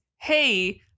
hey